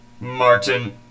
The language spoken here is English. Martin